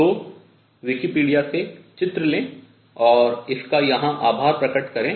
तो विकिपीडिया से चित्र लें और इसका यहाँ आभार प्रकट करें